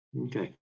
Okay